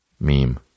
Meme